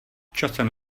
časem